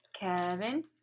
Kevin